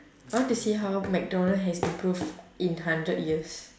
I want to see how mcdonald has improved in hundred years